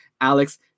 Alex